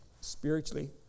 spiritually